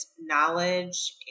knowledge